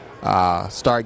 start